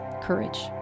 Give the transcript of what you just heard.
courage